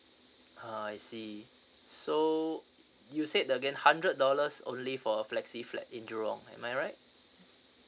ah I see so you said again hundred dollars only for a flexi flat in jurong am I right